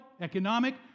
economic